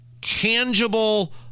tangible